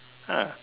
ah